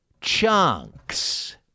chunks